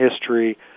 history